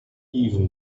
even